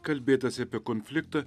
kalbėtasi apie konfliktą